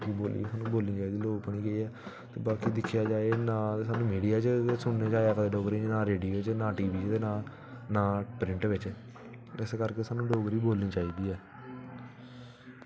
ते जेकर दिक्खेआ जा ते ना स्हानू मीडिया बिच ना रेडियो च ना टीवी च ते ना प्रिंट बिच ते इस करी स्हानू डोगरी बोलनी चाहिदी ऐ